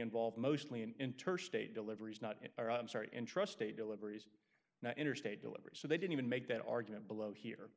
involved mostly in inter state deliveries not start in trust a deliveries interstate deliveries so they didn't even make that argument below here